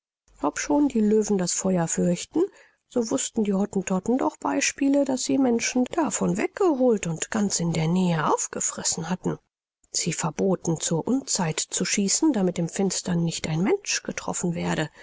obschon die löwen das feuer fürchten so wußten die hottentotten doch beispiele daß sie menschen davon weggeholt und ganz in der nähe aufgefressen hatten sie verboten zur unzeit zu schießen damit im finstern nicht ein mensch getroffen werde